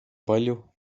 palju